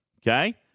Okay